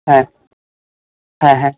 হ্যাঁ হ্যাঁ হ্যাঁ